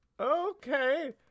Okay